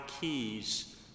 keys